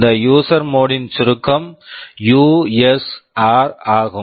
இந்த user mode user mode ன் சுருக்கம் யூஎஸ்ஆர் usr ஆகும்